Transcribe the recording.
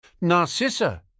Narcissa